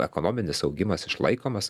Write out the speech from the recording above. ekonominis augimas išlaikomas